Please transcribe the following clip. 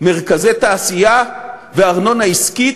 מרכזי תעשייה וארנונה עסקית,